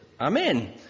Amen